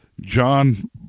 John